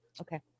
Okay